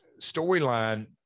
storyline